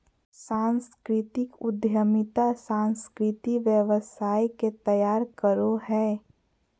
सांस्कृतिक उद्यमिता सांस्कृतिक व्यवसाय के तैयार करो हय